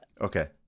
okay